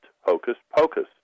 hocus-pocus